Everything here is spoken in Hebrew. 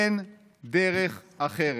אין דרך אחרת".